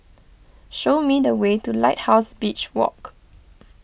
show me the way to Lighthouse Beach Walk